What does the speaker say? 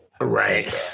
Right